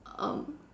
um